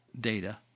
data